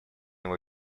его